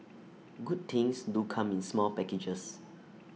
good things do come in small packages